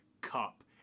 Cup